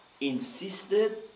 insisted